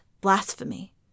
blasphemy